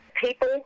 People